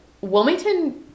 Wilmington